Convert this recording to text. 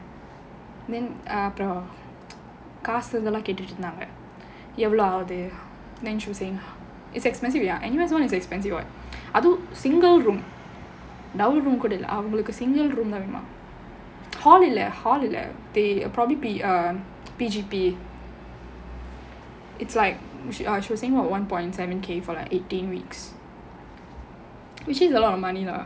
then err அப்புறம் காசு என்னனு கேட்டுட்டு இருந்தாங்க எவ்ளோ ஆகுது:appuram kaasu ennaanu kettuttu irunthaanga evlo aaguthu it's expensive ya N_U_S [one] is expensive [what] அதுவும்:adhuvum single room double room கூட இல்ல அவங்களுக்கு:kooda illa avangalukku single room தான் வேணுமாம்:thaan venumaam probably P_R it's like she err she was saying about one point seven K for like eighteen weeks which is a lot of money lah